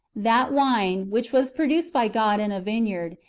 that wine, which was produced by god in a vineyard,